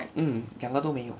mm 两个都没有